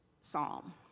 psalm